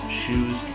shoes